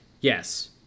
Yes